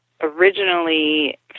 originally